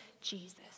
Jesus